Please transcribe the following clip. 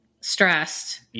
stressed